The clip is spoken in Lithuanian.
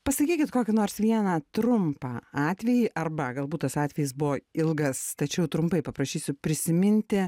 pasakykit kokį nors vieną trumpą atvejį arba galbūt tas atvejis buvo ilgas tačiau trumpai paprašysiu prisiminti